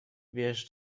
wiesz